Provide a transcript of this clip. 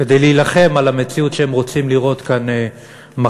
כדי להילחם על המציאות שהם רוצים לראות כאן מחר.